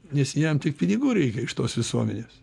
nes jam tik pinigų reikia iš tos visuomenės